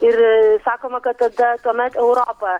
ir sakoma kad tada tuomet europa